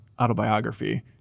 autobiography